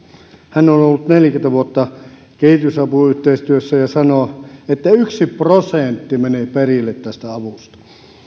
hän on ollut neljäkymmentä vuotta kehitysapuyhteistyössä ja sanoo että yksi prosentti menee perille tästä avusta